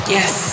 Yes